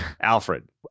Alfred